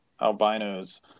albinos